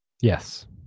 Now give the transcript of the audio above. Yes